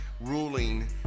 ruling